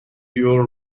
your